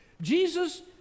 Jesus